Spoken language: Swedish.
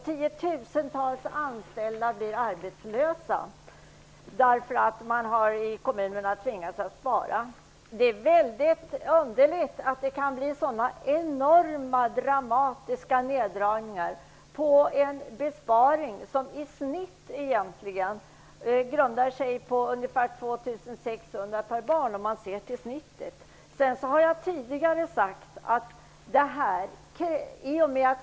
Tiotusentals anställda blir arbetslösa därför att man har tvingats att spara i kommunerna. Det är väldigt underligt att det blir sådana enorma och dramatiska neddragningar genom en besparing som är ungefär 2 600 kr per barn, om man ser till snittet.